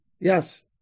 Yes